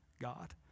God